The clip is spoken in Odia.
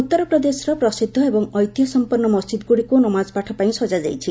ଉତ୍ତର ପ୍ରଦେଶର ପ୍ରସିଦ୍ଧି ଏବଂ ଐତିହ୍ୟ ସମ୍ପନ୍ନ ମସ୍ଜିଦ୍ଗୁଡିକୁ ନମାକ୍ତ ପାଠ ପାଇଁ ସଜ୍ଞା ଯାଇଛି